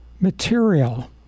material